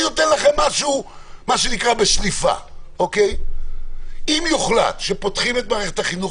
אני נותן לכם משהו בשליפה: אם יוחלט שפותחים את מערכת החינוך